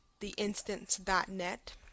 theinstance.net